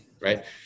right